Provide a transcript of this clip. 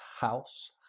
house